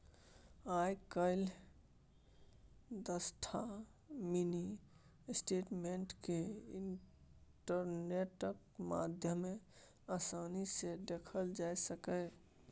आइ काल्हि दसटा mini statement केँ इंटरनेटक माध्यमे आसानी सँ देखल जा सकैए